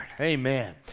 Amen